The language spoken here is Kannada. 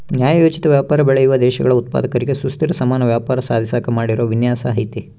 ನ್ಯಾಯೋಚಿತ ವ್ಯಾಪಾರ ಬೆಳೆಯುವ ದೇಶಗಳ ಉತ್ಪಾದಕರಿಗೆ ಸುಸ್ಥಿರ ಸಮಾನ ವ್ಯಾಪಾರ ಸಾಧಿಸಾಕ ಮಾಡಿರೋ ವಿನ್ಯಾಸ ಐತೆ